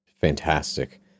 fantastic